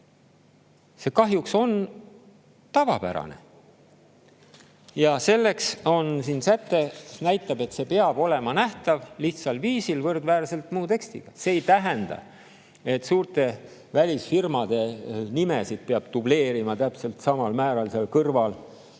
on kahjuks tavapärane. Ja selleks on siin säte, mis näitab, et [info] peab olema nähtav lihtsal viisil võrdväärselt muu tekstiga. See ei tähenda, et suurte välisfirmade nimesid peab dubleerima täpselt samal määral seal kõrval.